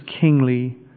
kingly